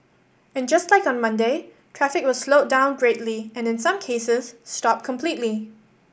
and just like on Monday traffic was slowed down greatly and in some cases stopped completely